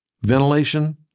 Ventilation